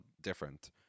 different